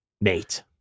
Nate